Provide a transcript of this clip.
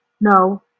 no